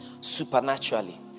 Supernaturally